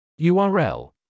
URL